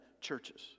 churches